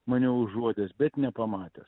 mane užuodęs bet nepamatęs